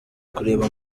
kureba